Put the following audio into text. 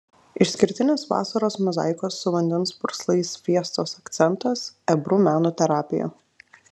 išskirtinis vasaros mozaikos su vandens purslais fiestos akcentas ebru meno terapija